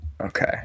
Okay